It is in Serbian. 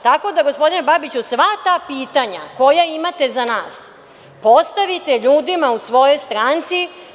Tako da gospodine Babiću sva ta pitanja koja imate za nas postavite ljudima u svojoj stranci.